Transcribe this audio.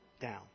down